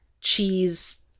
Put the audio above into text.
cheese